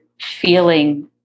feeling